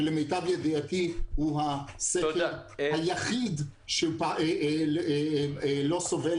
שלמיטב ידיעתי הוא הסקר היחיד שלא סובל